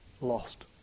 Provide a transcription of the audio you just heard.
lost